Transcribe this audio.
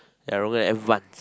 and Rong En advanced